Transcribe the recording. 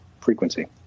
frequency